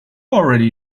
already